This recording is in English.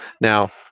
Now